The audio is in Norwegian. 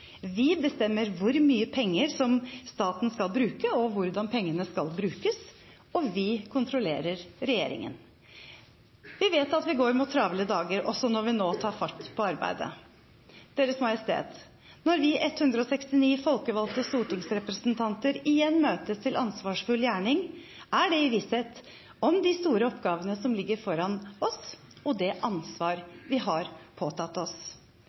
vi bestemmer hvor mye penger staten skal bruke, og hvordan pengene skal brukes, og vi kontrollerer regjeringen. Vi vet at vi går mot travle dager også når vi nå tar fatt på arbeidet. Deres Majestet! Når vi 169 folkevalgte stortingsrepresentanter igjen møtes til ansvarsfull gjerning, er det i visshet om de store oppgavene som ligger foran oss, og det ansvaret vi har påtatt oss.